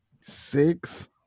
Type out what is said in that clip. six